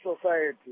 society